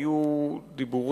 באמת, היו דיבורים